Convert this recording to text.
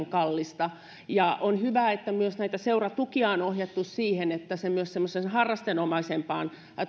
kallista ja on hyvä että myös näitä seuratukia on ohjattu siihen että se myös semmoiseen harrasteenomaisempaan